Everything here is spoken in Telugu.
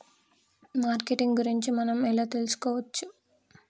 మార్కెటింగ్ గురించి మనం ఎలా తెలుసుకోవచ్చు?